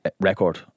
record